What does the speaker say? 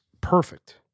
perfect